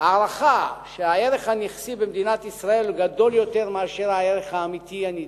הערכה שהערך הנכסי במדינת ישראל גדול יותר מהערך האמיתי הנדרש.